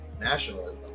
nationalism